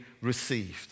received